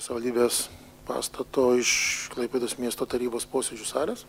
savivaldybės pastato iš klaipėdos miesto tarybos posėdžių salės